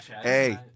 Hey